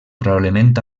probablement